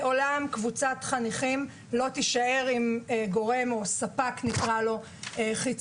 לעולם קבוצת חניכים לא תישאר עם גורם או ספק חיצוני